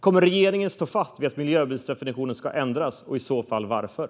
Kommer regeringen att stå fast vid att miljöbilsdefinitionen ska ändras och i så fall varför?